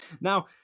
now